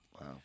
Wow